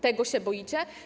Tego się boicie?